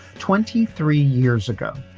twenty three years ago,